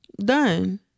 done